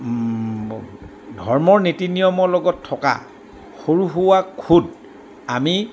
ধৰ্মৰ নীতি নিয়মৰ লগত থকা সৰু সুআ খুঁট আমি